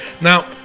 now